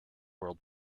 world